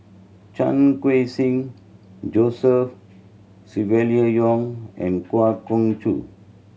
Chan Khun Sing Joseph Silvia Yong and Kwa Geok Choo